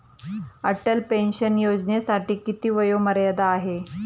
Atal pension योजनेसाठी किती वयोमर्यादा आहे?